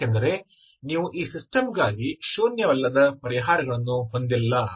ಏಕೆಂದರೆ ನೀವು ಈ ಸಿಸ್ಟಮ್ಗಾಗಿ ಶೂನ್ಯವಲ್ಲದ ಪರಿಹಾರಗಳನ್ನು ಹೊಂದಿಲ್ಲ